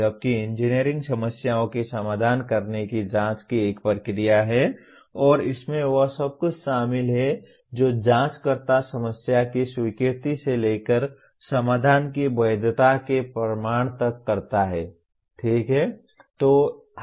जबकि इंजीनियरिंग समस्याओं की समाधान करने की जांच की एक प्रक्रिया है और इसमें वह सब कुछ शामिल है जो जांचकर्ता समस्या की स्वीकृति से लेकर समाधान की वैधता के प्रमाण तक करता है ठीक है